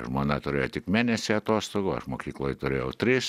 žmona turėjo tik mėnesį atostogų aš mokykloj turėjau tris